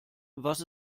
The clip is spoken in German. was